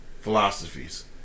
philosophies